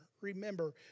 Remember